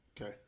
Okay